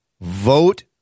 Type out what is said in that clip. vote